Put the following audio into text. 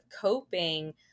coping